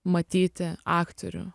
matyti aktorių